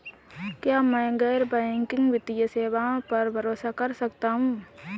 क्या मैं गैर बैंकिंग वित्तीय सेवाओं पर भरोसा कर सकता हूं?